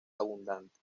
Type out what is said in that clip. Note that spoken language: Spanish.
abundante